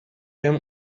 them